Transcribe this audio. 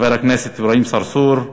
חבר הכנסת אברהים צרצור,